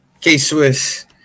K-Swiss